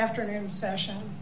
afternoon session